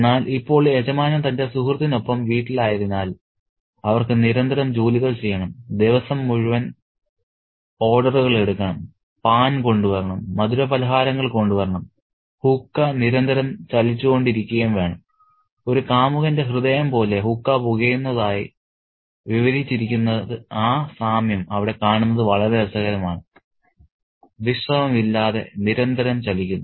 എന്നാൽ ഇപ്പോൾ യജമാനൻ തന്റെ സുഹൃത്തിനൊപ്പം വീട്ടിലായതിനാൽ അവർക്ക് നിരന്തരം ജോലികൾ ചെയ്യണം ദിവസം മുഴുവൻ ഓർഡറുകൾ എടുക്കണം പാൻ കൊണ്ടുവരണം മധുരപലഹാരങ്ങൾ കൊണ്ടുവരണം ഹുക്ക നിരന്തരം ചലിച്ചുക്കൊണ്ടിരിക്കുകയും വേണം ഒരു കാമുകന്റെ ഹൃദയം പോലെ ഹുക്ക പുകയുന്നതായി വിവരിച്ചിരിക്കുന്ന ആ സാമ്യം അവിടെ കാണുന്നത് വളരെ രസകരമാണ് വിശ്രമമില്ലാതെ നിരന്തരം ചലിക്കുന്നു